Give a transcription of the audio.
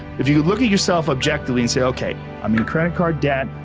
if you can look at yourself objectively and say okay, i'm in credit card debt,